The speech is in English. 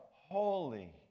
holy